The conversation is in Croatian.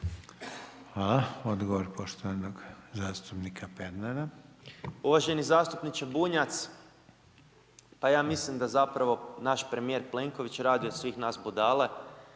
Hvala. Odgovor poštovanog zastupnika Pernara. **Pernar, Ivan (Živi zid)** Uvaženi zastupniče Bunjac, pa ja mislim da zapravo naš premijer Plenković radi od svih nas budale,